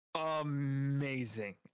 amazing